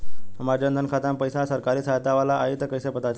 हमार जन धन खाता मे पईसा सरकारी सहायता वाला आई त कइसे पता लागी?